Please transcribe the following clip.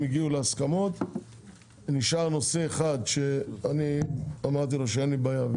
הם הגיעו להסכמות ונשאר נושא אחד שאני אמרתי לו שאין לי בעיה,